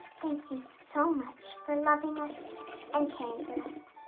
thank you so much for loving us and caring for us.